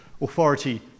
authority